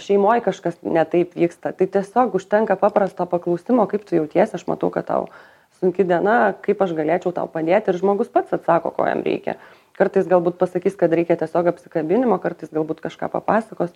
šeimoj kažkas ne taip vyksta tai tiesiog užtenka paprasto paklausimo kaip tu jautiesi aš matau kad tau sunki diena kaip aš galėčiau tau padėt ir žmogus pats atsako ko jam reikia kartais galbūt pasakys kad reikia tiesiog apsikabinimo kartais galbūt kažką papasakos